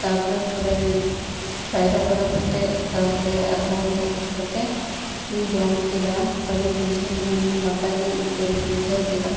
ᱛᱟᱯᱚᱨᱮ ᱯᱚᱨᱮ ᱯᱟᱭᱨᱟ ᱵᱟᱲᱟ ᱠᱟᱛᱮ ᱛᱟᱯᱚᱨᱮ ᱟᱨᱦᱚᱸ ᱦᱮᱡ ᱠᱟᱛᱮ ᱤᱧ ᱡᱚᱢ ᱠᱮᱫᱟ ᱟᱹᱰᱤ ᱱᱟᱯᱟᱭ ᱜᱮᱧ ᱟᱹᱭᱠᱟᱹᱣ ᱵᱩᱡᱷᱟᱹᱣ ᱠᱮᱫᱟ